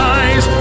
eyes